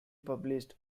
published